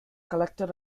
collected